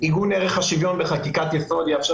עיגון ערך השוויון בחקיקת יסוד יאפשר